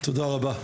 תודה רבה.